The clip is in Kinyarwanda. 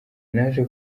naje